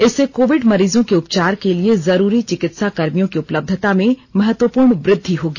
इससे कोविड मरीजों के उपचार के लिए जरूरी चिकित्सा कर्मियों की उपलब्धता में महत्वपूर्ण वृद्धि होगी